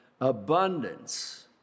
abundance